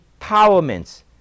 empowerments